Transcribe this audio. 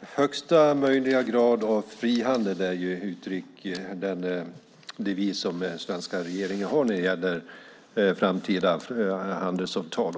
Högsta möjliga grad av frihandel är den devis som den svenska regeringen har när det gäller framtida handelsavtal.